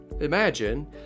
imagine